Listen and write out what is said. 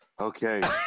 Okay